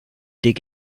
dig